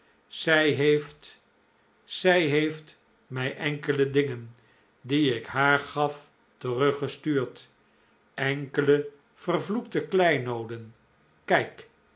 zij heeft zij heeft mij enkele dingen die ik haar gaf teruggestuurd enkele vervloekte kleinooden kijk